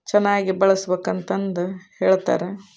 ಚೆನ್ನಾಗಿ ಬಳಸಬೇಕು ಅಂತಂದು ಹೇಳ್ತಾರೆ